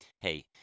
Hey